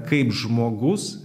kaip žmogus